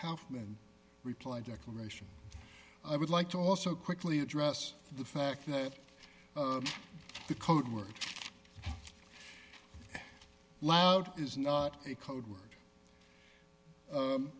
and reply declaration i would like to also quickly address the fact that the code word loud is not a code word